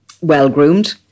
well-groomed